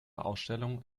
ausstellung